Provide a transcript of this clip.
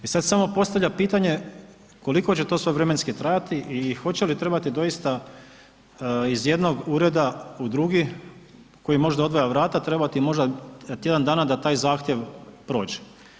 I sad samo postavlja pitanje, koliko će to sve vremenski trajati i hoće li trebati doista iz jednog ureda u drugi koji možda odvaja vrata, trebati možda tjedan dana da taj zahtjev prođe.